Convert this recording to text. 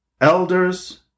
Elders